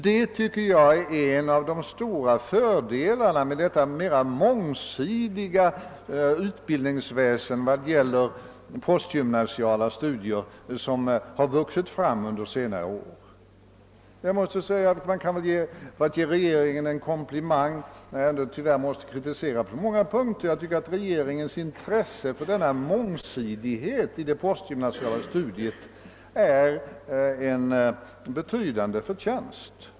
Detta tycker jag är en av de stora fördelarna med det mera mångsidiga utbildningsväsen i fråga om postgymnasiala studier som vuxit fram under senare år. För att ge regeringen en komplimang när jag nu tyvärr måste kritisera den på många punkter vill jag säga att regeringens intresse för mångsidighet i postgymnasiala studier är en betydande förtjänst.